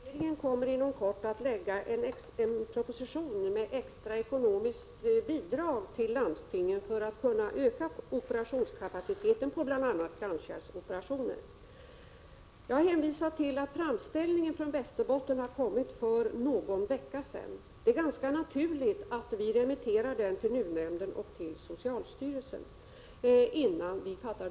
Fru talman! Regeringen kommer inom kort att lägga fram en proposition om ett extra ekonomiskt bidrag till landstingen för att de skall kunna öka kapaciteten för bl.a. kranskärlsoperationer. Jag har hänvisat till att framställningen från Västerbotten kom för någon vecka sedan, och det är naturligt att den remitteras till NUU-nämnden och socialstyrelsen innan beslut fattas.